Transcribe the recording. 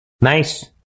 Nice